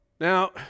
Now